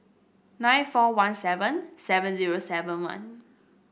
nine four one seven seven zero seven one